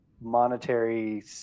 monetary